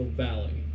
valley